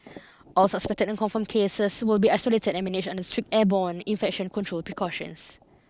all suspected and confirmed cases will be isolated and managed under strict airborne infection control precautions